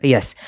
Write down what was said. Yes